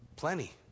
plenty